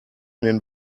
den